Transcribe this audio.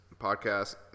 podcast